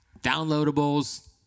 downloadables